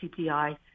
CPI